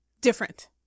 Different